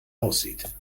aussieht